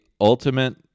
ultimate